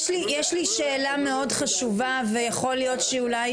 יש לי שאלה מאוד חשובה ויכול להיות שאולי